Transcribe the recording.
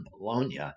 Bologna